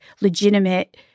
legitimate